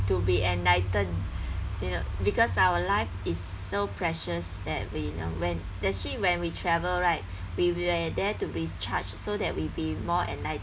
to be enlighten you know because our life is so precious that we you know when actually when we travel right we we at there to be charged so that we be more